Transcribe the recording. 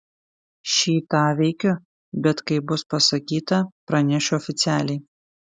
šį tą veikiu bet kai bus pasakyta pranešiu oficialiai